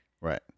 right